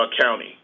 County